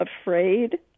afraid